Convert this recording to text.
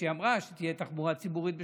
שאמרה שתהיה תחבורה ציבורית בשבת.